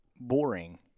boring